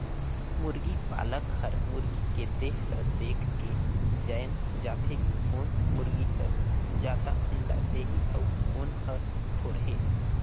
मुरगी पालक हर मुरगी के देह ल देखके जायन दारथे कि कोन मुरगी हर जादा अंडा देहि अउ कोन हर थोरहें